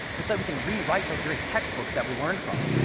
but so we can rewrite those very textbooks that we learned from.